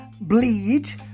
Bleed